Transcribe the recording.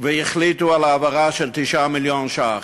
והחליטו על העברה של 9 מיליון ש"ח.